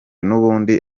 n’ubundi